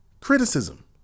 Criticism